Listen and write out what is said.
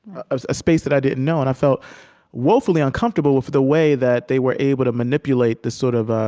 ah a space that i didn't know. and i felt woefully uncomfortable with the way that they were able to manipulate manipulate the sort of ah